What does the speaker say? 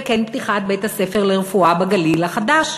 וכן פתיחת בית-הספר לרפואה בגליל, החדש,